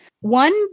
one